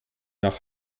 nach